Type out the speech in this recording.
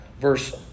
verse